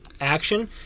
action